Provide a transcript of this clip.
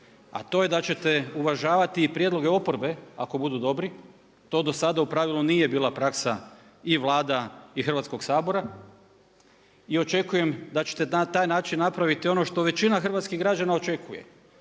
a to je da ćete uvažavati i prijedloge oporbe ako budu dobri. To dosada u pravilu nije bila praksa i vlada i Hrvatskog sabora. I očekujem da ćete na taj način napraviti ono što većina hrvatskih građana očekuje,